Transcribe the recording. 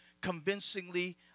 convincingly